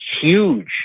huge